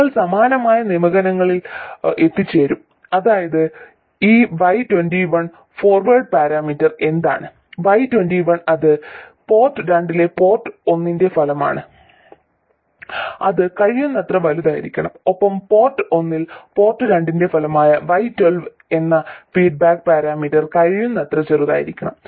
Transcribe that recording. നിങ്ങൾ സമാനമായ നിഗമനങ്ങളിൽ എത്തിച്ചേരും അതായത് ഈ y21 ഫോർവേഡ് പാരാമീറ്റർ എന്താണ് y21 അത് പോർട്ട് രണ്ടിലെ പോർട്ട് ഒന്നിന്റെ ഫലമാണ് അത് കഴിയുന്നത്ര വലുതായിരിക്കണം ഒപ്പം പോർട്ട് ഒന്നിൽ പോർട്ട് രണ്ടിന്റെ ഫലമായ y12 എന്ന ഫീഡ്ബാക്ക് പാരാമീറ്റർ കഴിയുന്നത്ര ചെറുതായിരിക്കണം